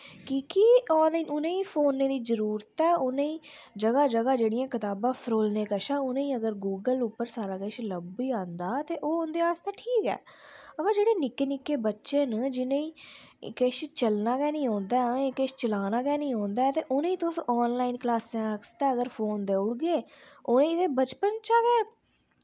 की के ऑनलाइन उ'नेंगी फोनै दी उ'नेंगी जरूरत ऐ जगह जगह कताबां फरोलनै कशा गुगल पर सारा किश अगर लब्भी जंदा ते ओह् उंदे आस्तै ठीक ऐ बाऽ जेह्ड़े जेह्ड़े निक्के निक्के बच्चे न उ'नेंगी किश चलाना निं औंदा होऐ चलाना निं औंदा होऐ ऐ उ'नेंगी तुस अगर हून फोन देई ओड़गे ते ओह् बचपन चा गै